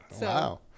Wow